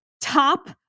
top